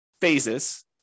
phases